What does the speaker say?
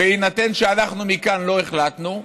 בהינתן שאנחנו מכאן לא החלטנו,